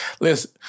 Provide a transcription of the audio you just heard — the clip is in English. listen